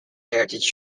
heritage